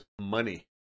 money